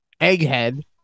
Egghead